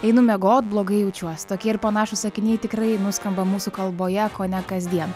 einu miegot blogai jaučiuos tokie ir panašūs sakiniai tikrai nuskamba mūsų kalboje kone kasdien